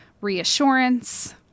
reassurance